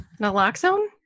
Naloxone